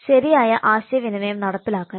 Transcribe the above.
ശരിയായ ആശയ വിനിമയം നടപ്പിലാക്കൽ